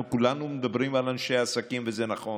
אנחנו כולנו מדברים על אנשי עסקים, וזה נכון,